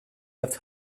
have